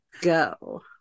go